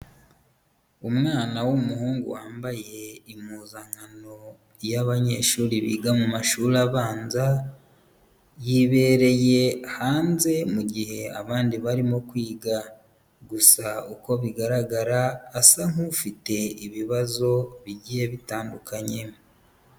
Umwana w'umuhungu wambaye impuzankano y'abanyeshuri biga mu mashuri abanza, yibereye hanze mu gihe abandi barimo kwiga, gusa uko bigaragara asa nk'ufite ibibazo bigiye bitandukanye.